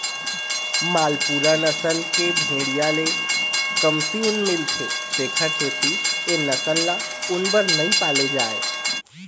मालपूरा नसल के भेड़िया ले कमती ऊन मिलथे तेखर सेती ए नसल ल ऊन बर नइ पाले जाए